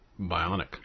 Bionic